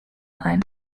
ein